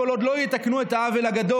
כל עוד לא יתקנו את העוול הגדול,